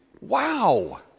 Wow